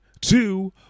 two